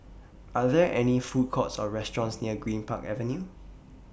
Are There any Food Courts Or restaurants near Greenpark Avenue